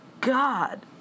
God